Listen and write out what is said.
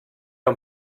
amb